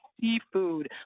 seafood